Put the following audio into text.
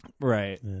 Right